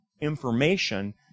information